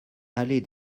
allée